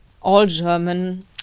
all-German